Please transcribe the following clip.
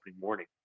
morning